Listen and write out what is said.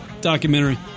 documentary